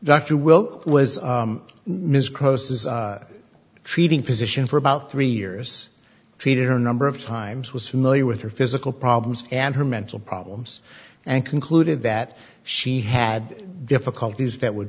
dr will was ms croes is treating physician for about three years treated her number of times was familiar with her physical problems and her mental problems and concluded that she had difficulties that would